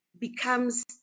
becomes